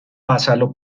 pásalo